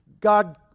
God